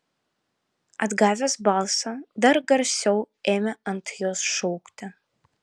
atgavęs balsą dar garsiau ėmė ant jos šaukti